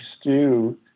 stew